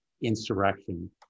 insurrection